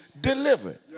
delivered